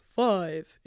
five